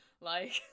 Like-